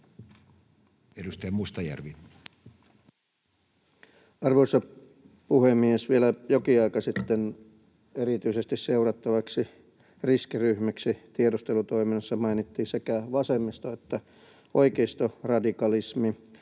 Edustaja Mustajärvi. Arvoisa puhemies! Vielä jokin aika sitten erityisesti seurattaviksi riskiryhmiksi tiedustelutoiminnassa mainittiin sekä vasemmisto- että oikeistoradikalismi